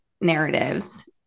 narratives